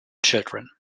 children